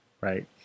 right